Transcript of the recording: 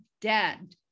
dead